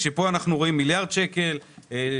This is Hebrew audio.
כאשר פה אנחנו רואים מיליארד שקל מס,